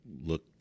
look